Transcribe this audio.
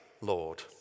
Lord